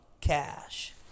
cash